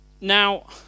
now